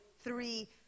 three